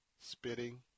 spitting